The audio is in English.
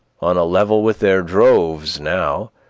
on a level with their droves now,